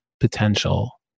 potential